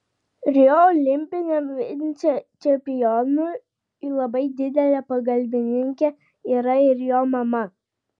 rio olimpiniam vicečempionui labai didelė pagalbininkė yra ir jo mama